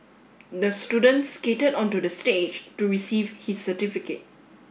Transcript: the student skated onto the stage to receive his certificate